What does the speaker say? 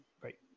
right